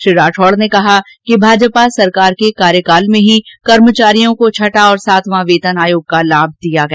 श्री राठौड ने कहा कि भाजपा सरकार के कार्यकाल में ही कर्मचारियों को छठा और सातवां वेतन आयोग का लाभ दिया गया